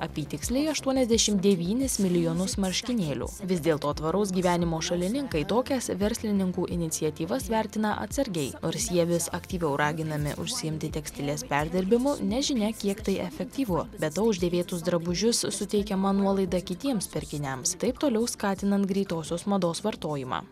apytiksliai aštuoniasdešim devynis milijonus marškinėlių vis dėlto tvaraus gyvenimo šalininkai tokias verslininkų iniciatyvas vertina atsargiai nors jie vis aktyviau raginami užsiimti tekstilės perdirbimu nežinia kiek tai efektyvu be to už dėvėtus drabužius suteikiama nuolaida kitiems pirkiniams taip toliau skatinant greitosios mados vartojimą